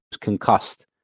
concussed